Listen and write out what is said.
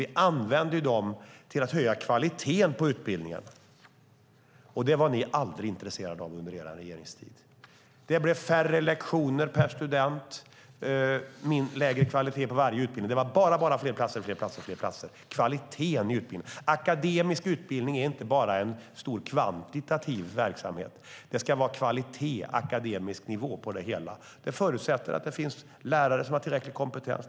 Vi använder dem till att höja kvaliteten på utbildningen. Det var ni aldrig intresserade av under er regeringstid. Det blev färre lektioner per student och lägre kvalitet på varje utbildning. Det var bara fler och fler platser. Men akademisk utbildning är inte bara en stor, kvantitativ verksamhet. Det ska vara kvalitet och akademisk nivå på det hela, och det förutsätter att det finns lärare som har tillräcklig kompetens.